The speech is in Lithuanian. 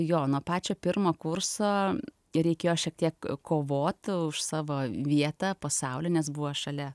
jo nuo pačio pirmo kurso reikėjo šiek tiek kovot už savo vietą pasauly nes buvo šalia